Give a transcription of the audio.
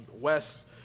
west